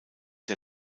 der